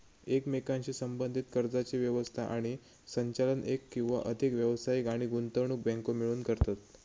एकमेकांशी संबद्धीत कर्जाची व्यवस्था आणि संचालन एक किंवा अधिक व्यावसायिक आणि गुंतवणूक बँको मिळून करतत